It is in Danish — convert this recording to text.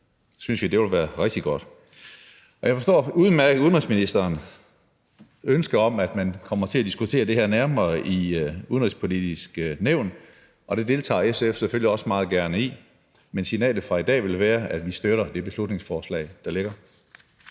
synes jeg det ville være rigtig godt. Jeg forstår udmærket udenrigsministerens ønske om, at man kommer til at diskutere det her nærmere i Det Udenrigspolitiske Nævn, og det deltager SF selvfølgelig også meget gerne i; men signalet fra i dag vil være, at vi støtter det beslutningsforslag, der ligger.